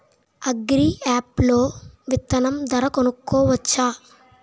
Agri app లో విత్తనం ధర కనుకోవచ్చా?